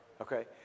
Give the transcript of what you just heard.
okay